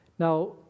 Now